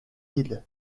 île